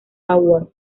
awards